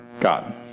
God